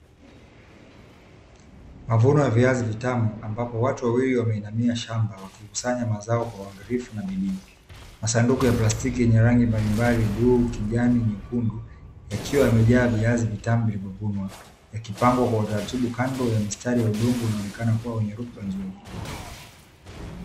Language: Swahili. Mavuno ya viazi vitamu ambapo watu wawili wameinamia shamba wakikusanya mazao kwa uangalifu na bidii. Masanduku ya plastiki yenye rangi mbalimbali bluu, kijani, nyekundu, yakiwa yamejaa viazi vitamu vilivyovunwa. Yakipangwa kwa utaratibu kando ya mistari ya udongo unaoonekana kuwa wenye rutuba nzuri.